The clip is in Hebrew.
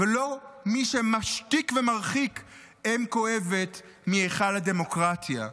ולא מי שמשתיק ומרחיק אם כואבת מהיכל הדמוקרטיה.